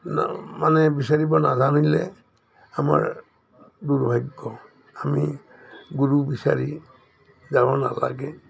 মানে বিচাৰিব নাজানিলে আমাৰ দুৰ্ভাগ্য আমি গুৰু বিচাৰি যাব নালাগে